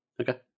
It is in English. Okay